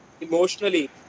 emotionally